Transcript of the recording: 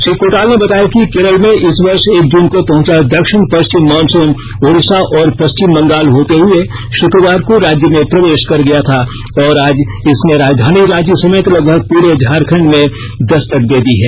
श्री कोटाल ने बताया कि केरल में इस वर्ष एक जुन को पहंचा दक्षिण पश्चिम मानसून ओड़िशा और पश्चिम बंगाल होते हुए शुक्रवार को राज्य में प्रवेश कर गया था और आज इसने राजधानी रांची समेत लगभग पूरे झारखंड राज्य में दस्तक दे दी है